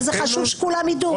וזה חשוב שכולם ידעו.